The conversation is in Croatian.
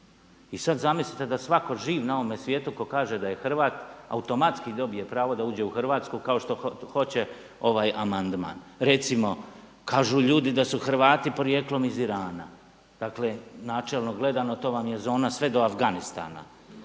I sada zamislite da svako živ na ovome svijetu tko kaže da je Hrvat automatski dobije pravo da uđe u Hrvatsku kao što hoće ovaj amandman. Recimo, kažu ljudi da su Hrvati porijeklom iz Irana, dakle načelno gledano to vam je zona sve do Afganistana.